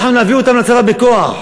אנחנו נביא אותם לצבא בכוח.